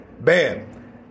bam